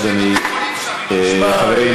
רגע, אתה צריך לבנות עוד לפחות שני בתי-חולים שם.